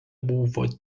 buvo